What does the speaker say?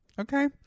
Okay